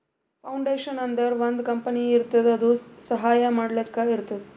foundation ಅಂದುರ್ ಒಂದ್ company ಇರ್ತುದ್ ಅದು ಸಹಾಯ ಮಾಡ್ಲಕ್ ಇರ್ತುದ್